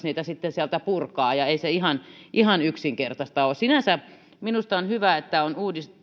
niitä sitten sieltä purkaa ei se ihan ihan yksinkertaista ole sinänsä minusta on hyvä että on